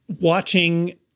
watching